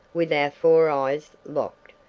with our four eyes locked,